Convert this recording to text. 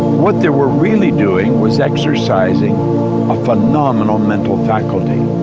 what they were really doing was exercising a phenomenal mental faculty.